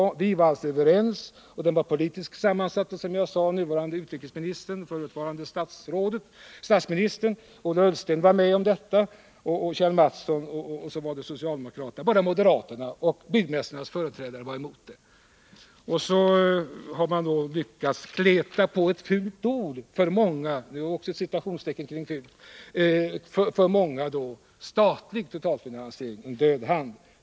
Och vi var alltså överens i bostadsfinansieringsutredningen, som var politiskt sammansatt. Som jag sade var nuvarande utrikesministern — förutvarande statsministern — Ola Ullsten, Kjell Mattsson och socialdemokraterna med på detta förslag. Det var bara moderaterna och byggmästarnas företrädare som gick emot förslaget. Nu har man lyckats kleta på ett för många ”fult” ord, nämligen statlig totalfinansiering — en död hand.